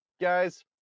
Guys